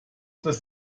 das